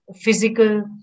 physical